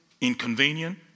inconvenient